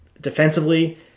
defensively